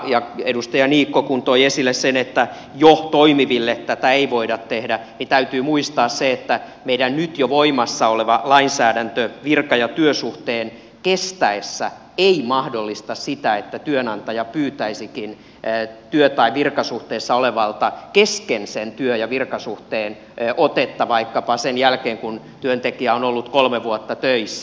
kun edustaja niikko toi esille sen että jo toimiville tätä ei voida tehdä niin täytyy muistaa se että meidän nyt jo voimassa oleva lainsäädäntö virka ja työsuhteen kestäessä ei mahdollista sitä että työnantaja pyytäisikin työ tai virkasuhteessa olevalta kesken sen työ ja virkasuhteen otetta vaikkapa sen jälkeen kun työntekijä on ollut kolme vuotta töissä